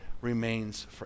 remains